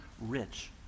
rich